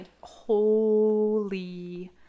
holy